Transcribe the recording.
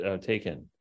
taken